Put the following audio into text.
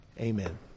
Amen